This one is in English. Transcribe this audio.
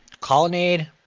Colonnade